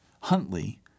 Huntley